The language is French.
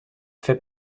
fait